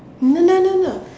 no no no no